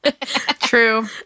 true